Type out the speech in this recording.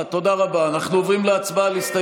אומרים: היום אנחנו מתיישבים על הכיסא